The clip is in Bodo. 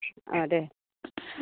दे